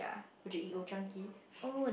would you eat old-chang-kee